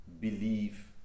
believe